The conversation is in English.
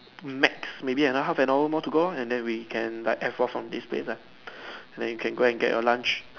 max maybe another half an hour more to go and then we can like F off from this place ah then you can go get your lunch